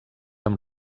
amb